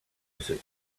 music